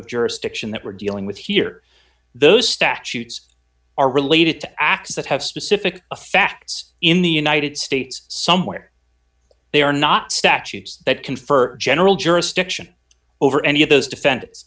of jurisdiction that we're dealing with here those statutes are related to acts that have specific affects in the united states somewhere they are not statutes that confer general jurisdiction over any of those defendants